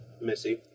Missy